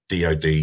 DOD